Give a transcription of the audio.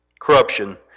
corruption